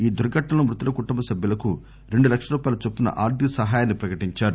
ఈ దుర్ఘటనలో మృతుల కుటుంబ సబ్యులకు రెండు లక్షల రూపాయల చొప్పున ఆర్థిక సహాయాన్ని ప్రకటించారు